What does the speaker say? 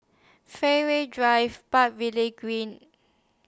Fairways Drive Park Lee Green